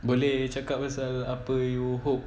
boleh cakap pasal apa your hope was a upper you hook